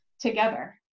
together